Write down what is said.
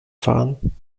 fahren